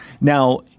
Now